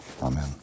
Amen